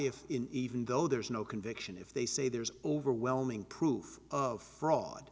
if even though there's no conviction if they say there's overwhelming proof of